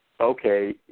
okay